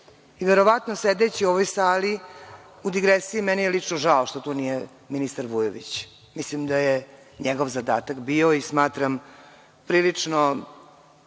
i verovatno sedeći u ovoj sali, u digresiji, meni je lično žao što nije ministar Vujović, mislim da je njegov zadatak bio i smatram prilično